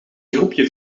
groepje